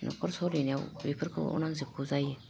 न'खर सलिनायाव बेफोरखौ नांजोबगौ जायो